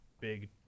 Big